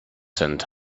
sent